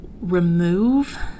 remove